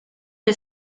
que